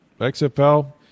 XFL